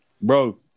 Bro